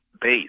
base